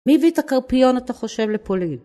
מי הביא את הקרפיון אתה חושב לפולין?